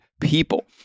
people